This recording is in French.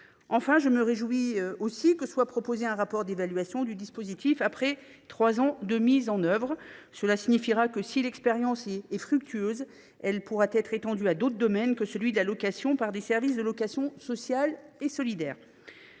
Enfin, je me réjouis que soit proposé un rapport d’évaluation du dispositif après trois ans de mise en œuvre. Cela signifie que, si l’expérience est fructueuse, elle pourra être étendue à d’autres domaines que celui de la location par des services de location sociale et solidaire.